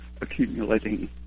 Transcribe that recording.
accumulating